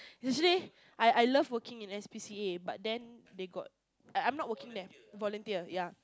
usually I I love working in S_P_C_A but then they got I I'm not working there volunteer ya